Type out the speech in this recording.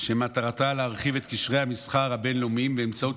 שמטרתה להרחיב את קשרי המסחר הבין-לאומיים באמצעות